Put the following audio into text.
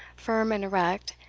firm and erect,